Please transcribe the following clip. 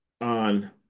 on